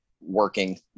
working